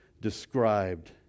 described